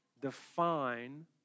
define